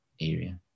area